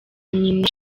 nyina